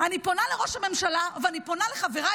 אני פונה לראש הממשלה ואני פונה לחבריי